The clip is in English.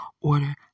order